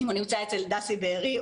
אם הוא נמצא אצל דסי בארי,